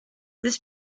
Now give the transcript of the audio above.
this